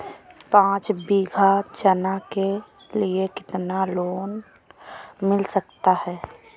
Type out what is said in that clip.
पाँच बीघा चना के लिए कितना लोन मिल सकता है?